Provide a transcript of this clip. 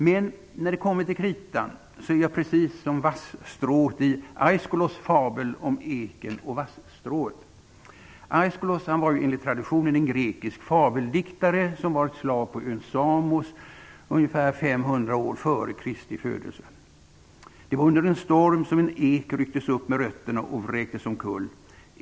Men när det kommer till kritan är jag precis som vasstrået i Aischylos fabel om eken och vasstrået. Aischylos var enligt traditionen en grekisk fabeldiktare som varit slav på ön Samos ungefär 500 Det var under en storm som en ek rycktes upp med rötterna och vräktes omkull.